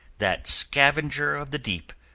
that scavenger of the deep,